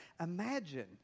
imagine